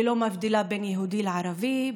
היא לא מבדילה בין יהודי לערבי,